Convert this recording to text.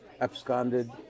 absconded